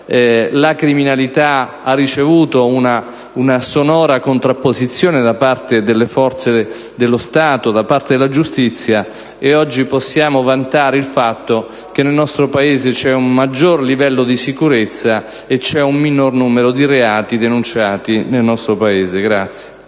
la criminalità ha ricevuto una sonora contrapposizione da parte delle forze dello Stato e della giustizia e oggi possiamo vantare il fatto che nel nostro Paese vi è un maggior livello di sicurezza e un minor numero di reati denunciati. *(Applausi del